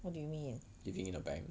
what do you mean